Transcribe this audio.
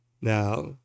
Now